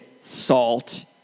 salt